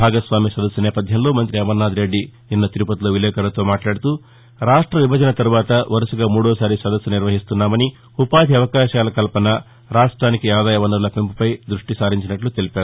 భాగస్వామ్య సదస్సు నేపథ్యంలో మంత్రి అమర్నాథరెడ్డి నిన్న తిరుపతిలో విలేకరులతో మాట్లాడుతూ రాష్ట విభజన తర్వాత వరుసగా మూడోసారి సదస్సు నిర్వహిస్తున్నామని ఉపాధి అవకాశాల కల్పన రాష్ట్రానికి ఆదాయ వనరుల పెంపుపై దృష్టి పెట్టినట్లు తెలిపారు